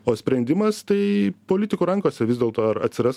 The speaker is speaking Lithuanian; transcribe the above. o sprendimas tai politikų rankose vis dėlto ar atsiras